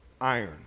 iron